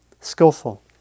Skillful